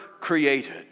created